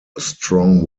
strong